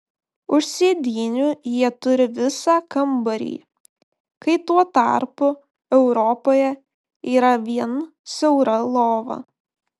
už sėdynių jie turi visą kambarį kai tuo tarpu europoje yra vien siaura lova